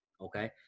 Okay